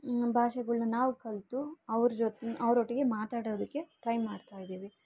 ಭಾಷೆಗಳನ್ನ ನಾವು ಕಲಿತು ಅವ್ರ ಜೊತೆ ಅವ್ರೊಟ್ಟಿಗೆ ಮಾತಾಡೋದಕ್ಕೆ ಟ್ರೈ ಮಾಡ್ತಾಯಿದ್ದೀವಿ